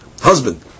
husband